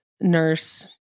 nurse